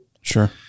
Sure